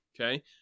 Okay